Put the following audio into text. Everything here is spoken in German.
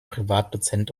privatdozent